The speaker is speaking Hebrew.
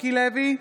מיקי לוי,